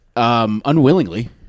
Unwillingly